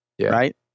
Right